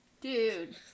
Dude